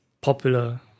popular